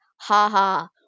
ha-ha